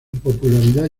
popularidad